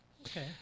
Okay